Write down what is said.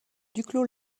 duclos